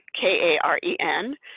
K-A-R-E-N